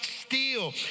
steal